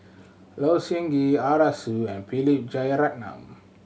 Low Siew Nghee Arasu and Philip Jeyaretnam